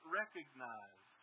recognize